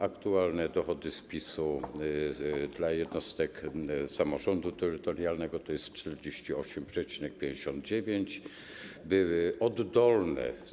Aktualne dochody z PiS dla jednostek samorządu terytorialnego to 48,59%.